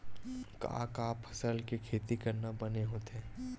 का का फसल के खेती करना बने होथे?